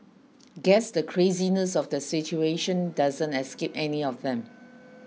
guess the craziness of the situation doesn't escape any of them